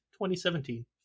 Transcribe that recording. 2017